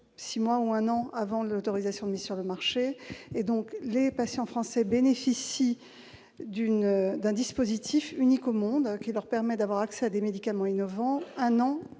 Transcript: six mois ou un an avant l'autorisation de mise sur le marché. Par conséquent, les patients français bénéficient d'un dispositif unique au monde, qui leur permet d'avoir accès à des médicaments innovants un an